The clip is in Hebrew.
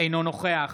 אינו נוכח